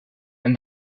and